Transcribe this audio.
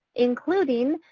including,